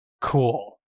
Cool